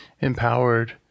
empowered